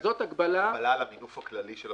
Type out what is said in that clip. כזאת הגבלה --- הגבלה על המינוף הכללי של הפירמידה?